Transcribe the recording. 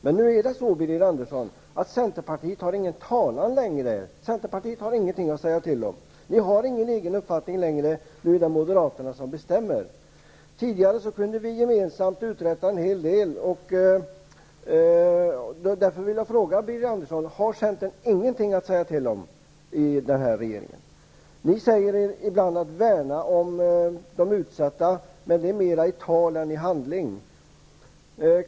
Men nu är det så, Birger Andersson, att centerpartiet inte längre har någon talan. Ni har inte längre någon egen uppfattning, utan det är nu moderaterna som bestämmer. Tidigare kunde vi gemensamt uträtta en hel del. Jag vill därför fråga Birger Andersson: Har centern ingenting att säga till om i regeringen? Ni säger er ibland värna om de utsatta, men det är mera i tal än i handling.